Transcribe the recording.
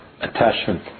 Attachment